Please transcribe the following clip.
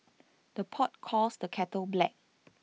the pot calls the kettle black